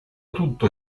tutto